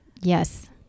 Yes